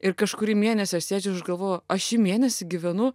ir kažkurį mėnesį aš sėdžiu ir aš galvoju aš šį mėnesį gyvenu